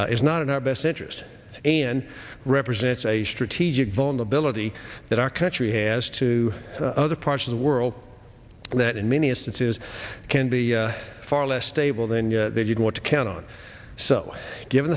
is not in our best interest and represents a strategic vulnerability that our country has to other parts of the world that in many instances can be far less stable than you would want to count on so given